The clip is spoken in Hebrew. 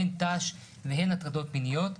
הן ת"ש והן הטרדות מיניות.